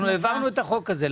אנחנו העברנו את החוק הזה,